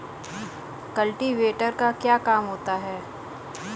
Cultivator का क्या काम होता है?